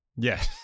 Yes